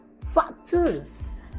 factors